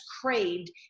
craved